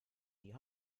die